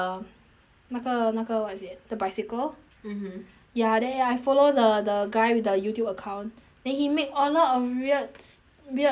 那个那个 what is it the bicycle mmhmm ya there I follow the the guy with the youtube account then he made a lot of weird weird um